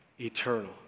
eternal